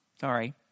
Sorry